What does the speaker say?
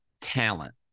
talent